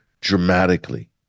dramatically